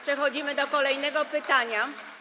Przechodzimy do kolejnego pytania.